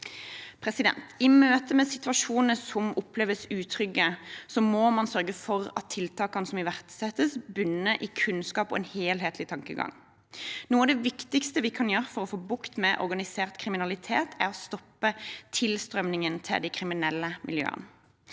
fengslene. I møte med situasjoner som oppleves utrygge, må man sørge for at tiltakene som iverksettes, bunner i kunnskap og en helhetlig tankegang. Noe av det viktigste vi kan gjøre for å få bukt med organisert kriminalitet, er å stoppe tilstrømningen til de kriminelle miljøene.